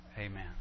amen